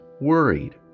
worried